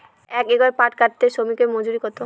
এক একর পাট কাটতে শ্রমিকের মজুরি কত?